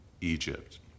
Egypt